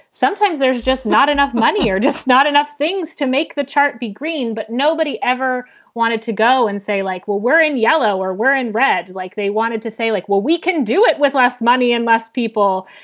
sometimes there's just not enough money or just not enough things to make the chart be green. but nobody ever wanted to go and say, like, well, we're in yellow or we're in red. like they wanted to say, like, well, we can do it with less money and less people.